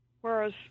whereas